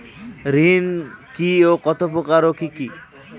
ঋণ কি ও কত প্রকার ও কি কি?